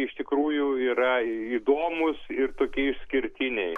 iš tikrųjų yra įdomūs ir tokie išskirtiniai